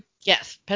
Yes